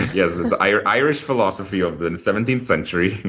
yes, it's irish irish philosophy of the seventeenth century.